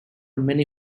many